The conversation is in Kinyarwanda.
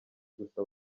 gusa